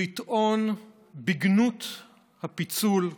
לטעון בגנות הפיצול,